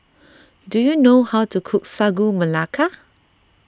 do you know how to cook Sagu Melaka